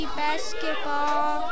basketball